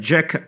Jack